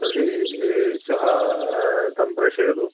तर्हि श्वः तं प्रेषयतु